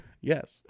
Yes